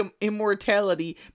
immortality